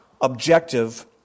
objective